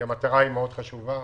המטרה היא מאוד חשובה.